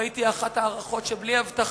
ראיתי הערכה אחת, שבלי אבטחה